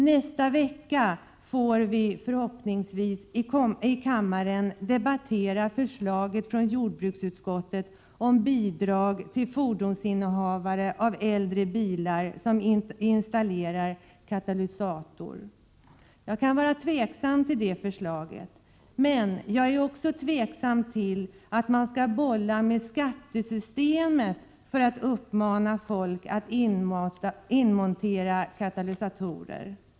Nästa vecka får vi i kammaren förhoppningsvis debattera ett förslag från jordbruksutskottet om bidrag till innehavare av äldre bilar som installerar katalysator. Jag kan vara tveksam till det förslaget, men jag är också tveksam till att man skall bolla med skattesystemet för att uppmana folk att inmontera katalysatorer.